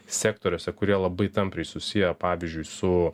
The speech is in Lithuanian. sektoriuose kurie labai tampriai susiję pavyzdžiui su